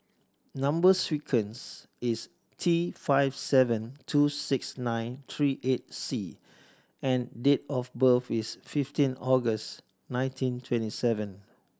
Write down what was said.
number sequence is T five seven two six nine three eight C and date of birth is fifteen August nineteen twenty seven